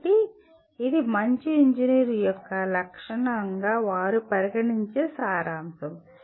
కాబట్టి ఇది మంచి ఇంజనీర్ యొక్క లక్షణంగా వారు పరిగణించే సారాంశం